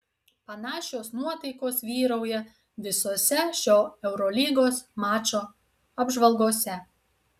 panašios nuotaikos vyrauja visose šio eurolygos mačo apžvalgose